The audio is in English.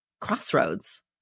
crossroads